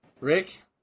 Rick